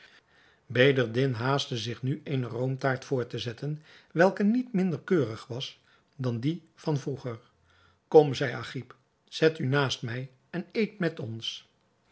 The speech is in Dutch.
bedreddin haastte zich hun eene roomtaart voor te zetten welke niet minder keurig was dan die van vroeger kom zeide agib zet u naast mij en eet met ons